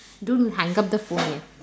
don't hang up the phone yet